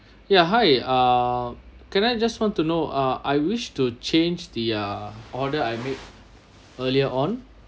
yeah hi uh can I just want to know ah I wish to change the uh order I made earlier on